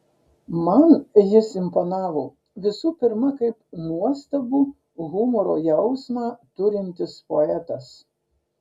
man jis imponavo visų pirma kaip nuostabų humoro jausmą turintis poetas